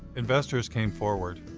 investors came forward.